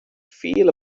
feel